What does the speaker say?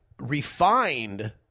refined